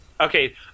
Okay